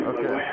Okay